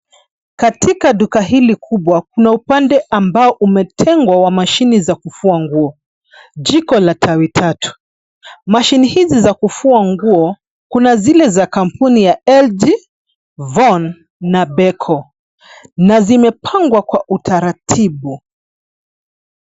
Katika Duka hili kubwa kuna upande ambao umetengwa wa mashine za kufua nguo. Jiko la tawi tatu. Mashine hizi Za kufua nguo kuna zile za kampuni ya[cd] LG , von na beko na zimepangwa kwa utaratibu.